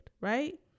right